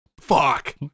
Fuck